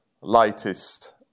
lightest